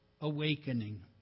Awakening